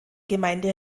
gemeinde